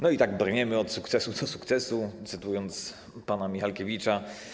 No i tak brniemy od sukcesu do sukcesu, cytując pana Michalkiewicza.